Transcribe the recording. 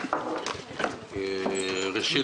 ראשית,